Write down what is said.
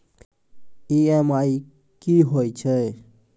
EMI कि होय छै?